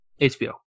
HBO